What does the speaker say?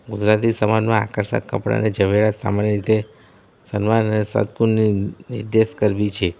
ગુજરાતી સમાજમાં આકર્ષક કપડાં અને ઝવેરાત સામાન્ય રીતે સન્માન અને સદપુનની નિર્દેશ કરવી છે